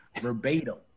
verbatim